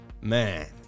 man